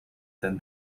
than